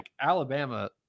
Alabama –